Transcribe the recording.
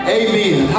amen